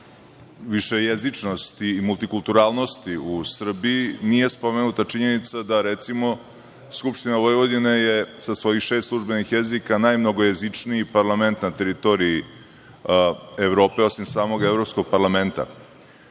višejezičnosti i multikulturalnosti u Srbiji, nije spomenuta činjenica da, recimo, Skupština Vojvodine je sa svojih šest službenih jezika najmnogojezičniji parlament na teritoriji Evrope, osim samog Evropskog parlamenta. Nismo